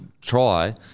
try